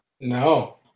No